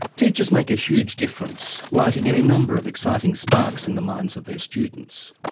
teachers make a huge difference, lighting any number of exciting sparks in the minds of their students.